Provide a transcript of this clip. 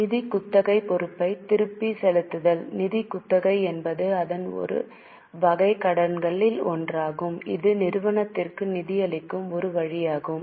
நிதி குத்தகை பொறுப்பை திருப்பிச் செலுத்துதல் நிதி குத்தகை என்பது அதன் ஒரு வகை கடனில் ஒன்றாகும் இது நிறுவனத்திற்கு நிதியளிக்கும் ஒரு வழியாகும்